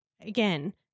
again